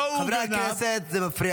לא הוא גנב -- חברי הכנסת, זה מפריע.